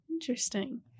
Interesting